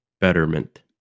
betterment